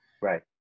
Right